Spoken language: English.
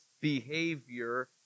behavior